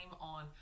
on